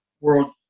world